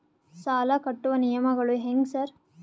ಸಾಲ ಕಟ್ಟುವ ನಿಯಮಗಳು ಹ್ಯಾಂಗ್ ಸಾರ್?